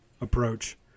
approach